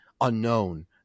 unknown